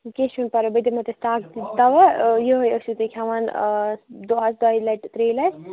کیٚنٛہہ چھُو نہٕ پَرواے بہٕ دِمو تۄہہِ طاقتی دَوا یِہَے ٲسِو تُہی کھیٚوان آ دۅہَس دۄیہِ لَٹہِ ترٛیٚیہِ لَٹہِ